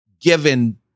given